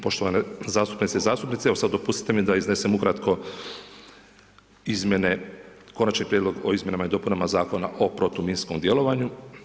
Poštovane zastupnice i zastupnici evo sada dopustite mi da odnosim ukratko, konačni prijedlog o izmjenama i dopunama Zakona o protuminskom djelovanju.